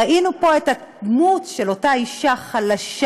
ראינו פה את הדמות של אותה אישה חלשה,